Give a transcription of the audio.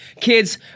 Kids